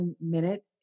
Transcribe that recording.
minute